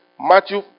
Matthew